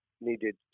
needed